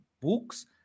books